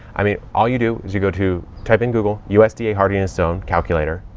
i mean, all you do is you go to, type in google usda hardiness zone calculator.